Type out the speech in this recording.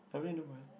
I really don't mind